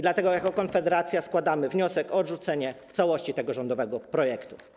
Dlatego jako Konfederacja składamy wniosek o odrzucenie w całości tego rządowego projektu.